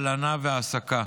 הלנה והעסקה.